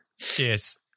Cheers